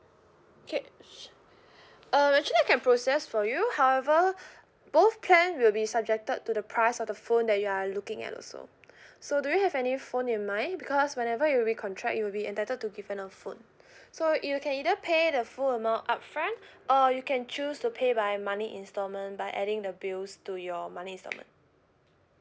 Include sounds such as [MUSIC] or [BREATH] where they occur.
okay su~ um actually I can process for you however both plan will be subjected to the price of the phone that you are looking at also [BREATH] so do you have any phone in mind because whenever you recontract you'll be entitled to give a new phone so you can either pay the full amount upfront or you can choose to pay by monthly installment by adding the bills to your monthly installment